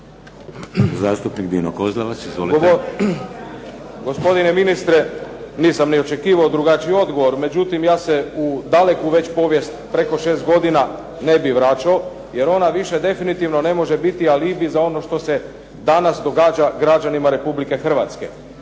Izvolite. **Kozlevac, Dino (SDP)** Gospodine ministre, nisam ni očekivao drugačiji odgovor. Međutim, ja se u daleko već povijest preko 6 godina, ne bih vraćao, jer ona više definitivno ne može biti alibi za ono što se danas događa građanima Republike Hrvatske.